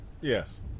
Yes